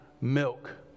milk